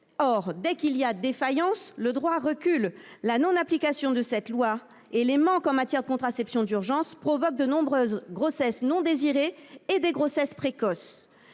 Or, dès qu’il y a défaillance, le droit recule. La non application de cette loi et les manques en matière de contraception d’urgence expliquent de nombreuses grossesses non désirées et des grossesses précoces,